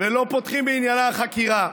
ולא פותחים בעניינן חקירה.